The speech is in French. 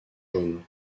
jaunes